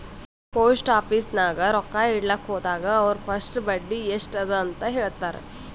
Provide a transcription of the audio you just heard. post office ನಾಗ್ ರೊಕ್ಕಾ ಇಡ್ಲಕ್ ಹೋದಾಗ ಅವ್ರ ಫಸ್ಟ್ ಬಡ್ಡಿ ಎಸ್ಟ್ ಅದ ಅಂತ ಹೇಳ್ತಾರ್